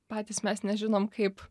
patys mes nežinom kaip